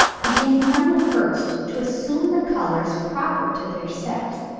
begin from the first to assume the colours proper to their sex,